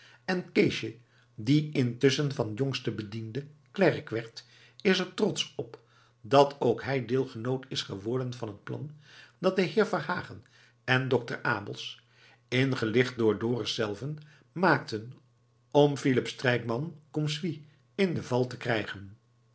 en keesje die intusschen van jongsten bediende klerk werd is er trotsch op dat ook hij deelgenoot is geworden van het plan dat de heer verhagen en dokter abels ingelicht door dorus zelven maakten om philip strijkman c s in de val te krijgen